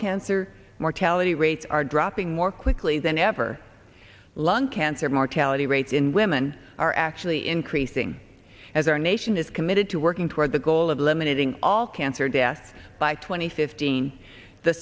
cancer mortality rates are dropping more quickly than ever lung cancer mortality rates in women are actually increasing as our nation is committed to working toward the goal of eliminating all cancer deaths by tw